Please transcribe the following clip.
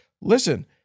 listen